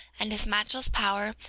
and his matchless power,